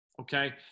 okay